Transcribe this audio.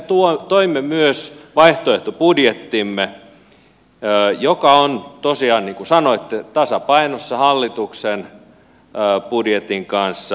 me toimme myös vaihtoehtobudjettimme joka on tosiaan niin kuin sanoitte tasapainossa hallituksen budjetin kanssa